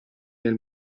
nel